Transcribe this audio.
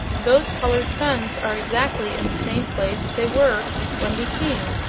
those colored suns are exactly in the same place they were when we came,